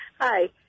Hi